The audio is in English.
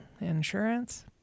Insurance